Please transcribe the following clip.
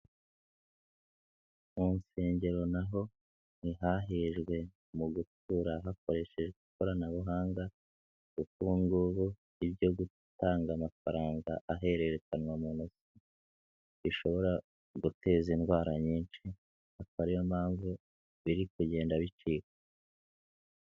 Mu nsengero na ho ntihahejwe mu gutura hakoreshejwe ikoranabuhanga kuko ubu ngubu ibyo gutanga amafaranga ahererekanywa mu ntoki bishobora guteza indwara nyinshi akaba ari yo mpamvu biri kugenda bicika.